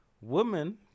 women